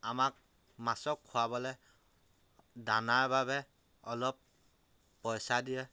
আমাক মাছক খুৱাবলৈ দানাৰ বাবে অলপ পইচা দিয়ে